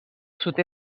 sud